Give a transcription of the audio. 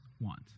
want